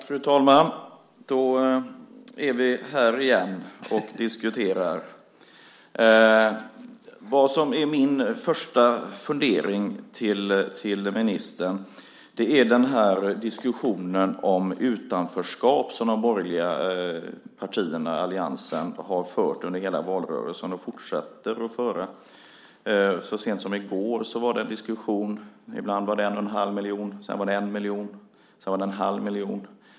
Fru talman! Då är vi här igen och diskuterar. Min första fundering till ministern gäller den diskussion om utanförskap som de borgerliga partierna i alliansen har fört under hela valrörelsen och fortsätter att föra. Vi hörde den så sent som i går. Ibland var det en och en halv miljon, sedan var det en miljon och sedan var det en halv miljon.